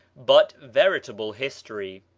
but veritable history.